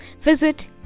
visit